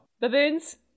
Baboons